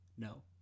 No